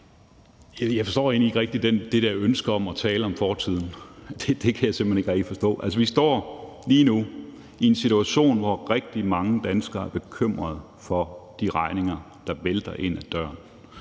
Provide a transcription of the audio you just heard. Jeg forstår egentlig ikke rigtig det der ønske om at tale om fortiden. Det kan jeg simpelt hen ikke rigtig forstå. Altså, vi står lige nu i en situation, hvor rigtig mange danskere er bekymrede for de regninger, der vælter ind ad døren,